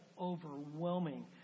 overwhelming